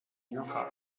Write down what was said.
enoja